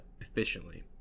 efficiently